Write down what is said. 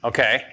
Okay